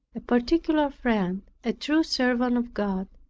a particular friend, a true servant of god,